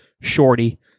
Shorty